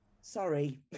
sorry